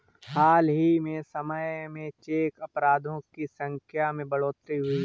हाल ही के समय में चेक अपराधों की संख्या में बढ़ोतरी हुई है